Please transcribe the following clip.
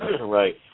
Right